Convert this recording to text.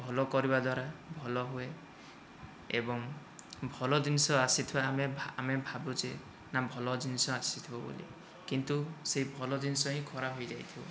ଭଲ କରିବା ଦ୍ୱାରା ଭଲ ହୁଏ ଏବଂ ଭଲ ଜିନିଷ ଆସିଥିବା ଆମେ ଆମେ ଭାବୁଛେ ନା ଭଲ ଜିନିଷ ଆସିଥିବ ବୋଲି କିନ୍ତୁ ସେହି ଭଲ ଜିନିଷ ହିଁ ଖରାପ ହୋଇ ଯାଇଥିବ